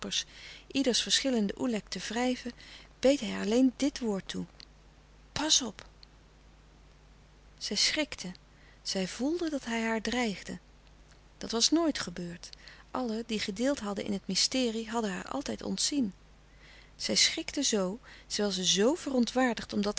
ieders verschillende oelèk te wrijven beet hij haar alleen dit woord toe pas op zij schrikte zij voelde dat hij haar dreigde dat was nooit gebeurd allen die gedeeld hadden in het mysterie hadden haar altijd ontzien zij schrikte zoo zij was zo verontwaardigd om